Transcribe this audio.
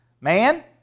man